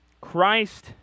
Christ